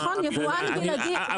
נכון, ייבואן בלעדי הוא ייבואן שלוקח יותר.